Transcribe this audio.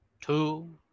Two